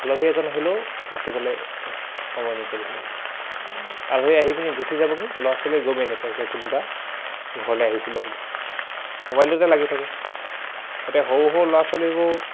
আলহী এজন আহিলেও মাতিবলৈ সময় নাইকিয়া নিচিনা হৈছে আলহী আহি পিনি গুচি যাবগৈ ল'ৰা ছোৱালীয়ে গমেই নাপাইগৈ কোনোবা ঘৰলৈ আহিছিলে বুলি মোবাইলটোতে লাগি থাকে এতিয়া সৰু সৰু ল'ৰা ছোৱালীবোৰ